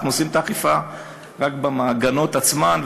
אנחנו עושים את האכיפה רק במעגנות עצמן,